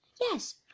Yes